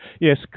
Yes